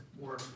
more